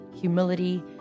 humility